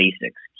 basics